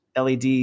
LED